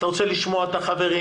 אתה רוצה לשמוע את החברים